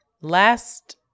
last